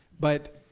but,